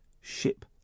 ship